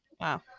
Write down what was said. wow